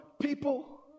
people